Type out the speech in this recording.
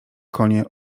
konie